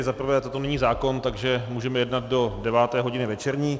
Za prvé, toto není zákon, takže můžeme jednat do 9. hodiny večerní.